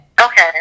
okay